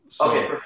Okay